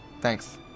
Thanks